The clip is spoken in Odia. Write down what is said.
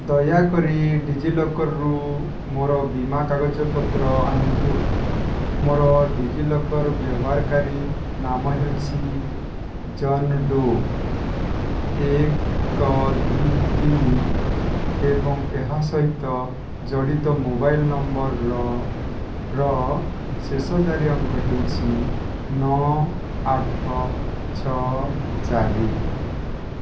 ଦୟାକରି ଡିଜିଲକର୍ରୁ ମୋର ବୀମା କାଗଜପତ୍ର ଆଣନ୍ତୁ ମୋର ଡିଜିଲକର୍ ବ୍ୟବହାରକାରୀ ନାମ ହେଉଛି ଜନ୍ ଡୋ ଏକ ଦୁଇ ତିନି ଏବଂ ଏହା ସହିତ ଜଡ଼ିତ ମୋବାଇଲ୍ ନମ୍ବର୍ର ଶେଷ ଚାରି ଅଙ୍କ ହେଉଛି ନଅ ଆଠ ଛଅ ଚାରି